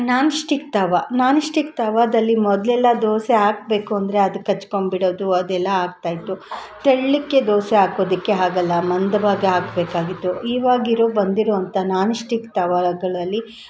nonstick ತವಾ nonstick ತವಾದಲ್ಲಿ ಮೊದಲೆಲ್ಲ ದೋಸೆ ಹಾಕ್ಬೇಕು ಅಂದರೆ ಅದು ಕಚ್ಕೊಂಬಿಡೋದು ಅದೆಲ್ಲ ಆಗ್ತಾಯಿತ್ತು ತೆಳ್ಳಗೆ ದೋಸೆ ಹಾಕೋದಿಕ್ಕೆ ಆಗಲ್ಲ ಮಂದವಾಗಿ ಹಾಕಬೇಕಾಗಿತ್ತು ಇವಾಗಿರೋ ಬಂದಿರುವಂಥ ನಾನ್ಸ್ಟಿಕ್ ತವಾಗಳಲ್ಲಿ